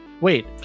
wait